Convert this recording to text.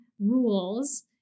rules